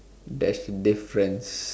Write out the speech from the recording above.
there's difference